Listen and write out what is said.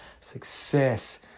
Success